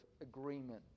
agreement